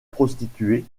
prostituées